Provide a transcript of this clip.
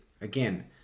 again